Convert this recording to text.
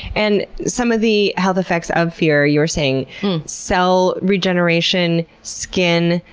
and some of the health effects of fear, you were saying cell regeneration, skin,